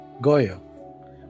Goyo